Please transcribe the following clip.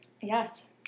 Yes